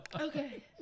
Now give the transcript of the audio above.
Okay